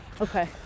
Okay